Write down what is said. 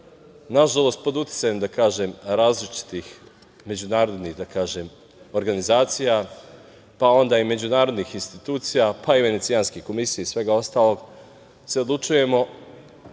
nažalost, pod uticajem različitih međunarodnih organizacija, međunarodnih institucija, pa i Venecijanske komisije i svega ostalog, se odlučujemo